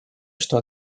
что